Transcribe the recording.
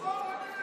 עוול נוסף